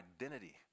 identity